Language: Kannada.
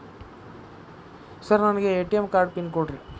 ಸರ್ ನನಗೆ ಎ.ಟಿ.ಎಂ ಕಾರ್ಡ್ ಪಿನ್ ಕೊಡ್ರಿ?